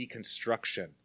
deconstruction